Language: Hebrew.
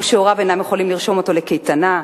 שהוריו אינם יכולים לרשום אותו לקייטנה,